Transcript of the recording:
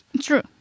True